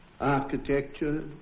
architecture